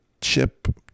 chip